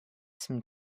some